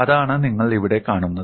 അതാണ് നിങ്ങൾ ഇവിടെ കാണുന്നത്